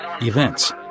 events